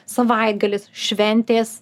savaitgalis šventės